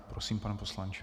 Prosím, pane poslanče.